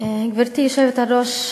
גברתי היושבת-ראש,